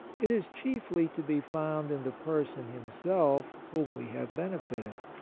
it is chiefly to be found in the person himself whom we have benefited.